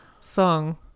song